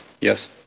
yes